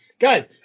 guys